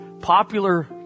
popular